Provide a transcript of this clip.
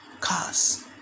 cars